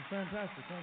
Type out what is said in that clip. Fantastic